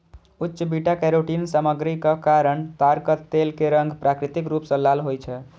उच्च beta carotene सामग्रीक कारण ताड़क तेल के रंग प्राकृतिक रूप सं लाल होइ छै